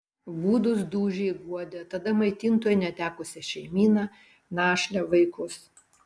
gūdūs dūžiai guodė tada maitintojo netekusią šeimyną našlę vaikus